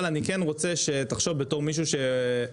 אבל אני כן רוצה שתחשוב בתור מישהו שבכיר